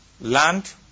land